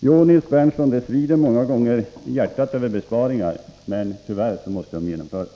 Jo, Nils Berndtson, det svider i hjärtat många gånger över besparingar, men tyvärr måste de genomföras.